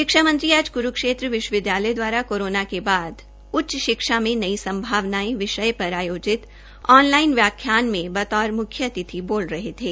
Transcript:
शिक्षा मंत्रीआज कुरूक्षेत्र विश्वविद्यालय द्वारा कोरोना के बाद उच्च शिक्षा में नई संभावनायें विषय पर आयोजित ऑन लाइन व्याख्यान में बतौर मुख्य अतिथि बोल रहे थे